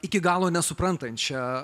iki galo nesuprantančią